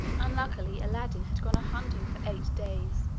unluckily, aladdin had gone a-hunting for eight days,